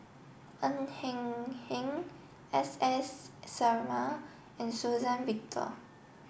Ng Hen Hen S S Sarma and Suzann Victor